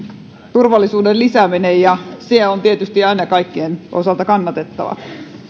turvallisuuden lisääminen ja se on tietysti aina kaikkien osalta kannatettavaa